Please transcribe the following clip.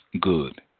good